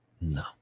No